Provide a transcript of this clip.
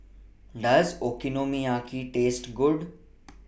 Does Okonomiyaki Taste Good